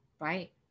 Right